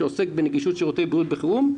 שעוסק בנגישות שירותי בריאות בחירום.